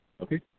Okay